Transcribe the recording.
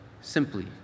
simply